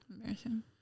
Embarrassing